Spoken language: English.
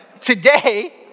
Today